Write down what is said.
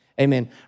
Amen